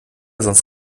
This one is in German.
sonst